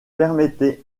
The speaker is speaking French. permettait